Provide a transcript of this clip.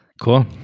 cool